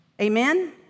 Amen